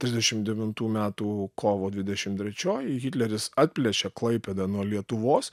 trisdešim devintų metų kovo dvidešim trečioji hitleris atplėšė klaipėdą nuo lietuvos